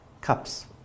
cups